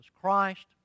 Christ